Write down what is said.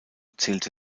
zählte